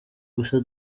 gusa